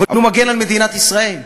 אבל הוא מגן על מדינת ישראל.